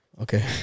okay